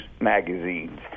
magazines